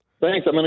Thanks